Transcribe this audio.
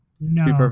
no